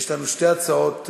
יש לנו שתי הצעות,